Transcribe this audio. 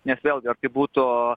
nes vėlgi ar tai būtų